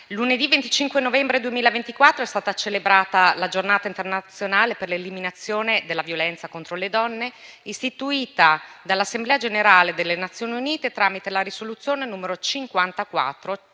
lunedì 25 novembre 2024 è stata celebrata la Giornata internazionale per l'eliminazione della violenza contro le donne, istituita dall'Assemblea generale delle Nazioni unite tramite la risoluzione n.